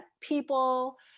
people